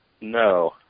No